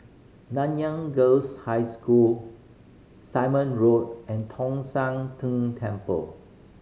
Nanyang Girls' High School Simon Road and Tong Sian Tng Temple